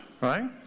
right